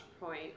point